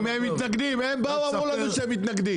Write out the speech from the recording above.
אם הם מתנגדים, הם באו ואמרו לנו שהם מתנגדים.